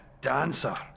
dancer